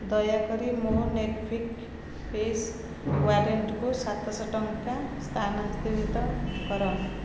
ଦୟାକରି ମୋ ନେଟ୍ଫ୍ଲିକ୍ସ ୱାଲେଟ୍କୁ ସାତଶହ ଟଙ୍କା ସ୍ଥାନାନ୍ତରିତ କର